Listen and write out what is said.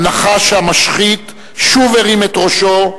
הנחש המשחית שוב הרים את ראשו,